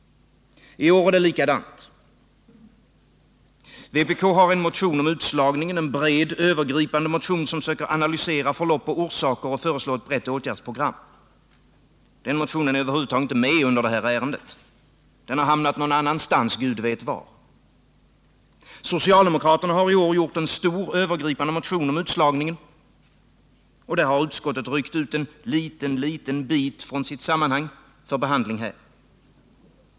I år är det likadant. Vpk har en motion om utslagningen — en bred, övergripande motion som försöker analysera förlopp och orsaker och föreslå ett rätt åtgärdsprogram. Den motionen är över huvud taget inte med i det här ärendet. Den har hamnat någon annanstans, Gud vet var. Socialdemokraterna har i år väckt en stor, övergripande motion om utslagningen. Där har utskottet ryckt ut en liten, liten bit ur dess sammanhang för behandling här.